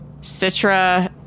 Citra